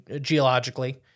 geologically